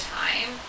time